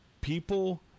People